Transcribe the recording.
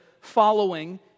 following